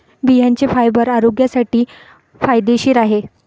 बियांचे फायबर आरोग्यासाठी फायदेशीर आहे